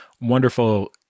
wonderful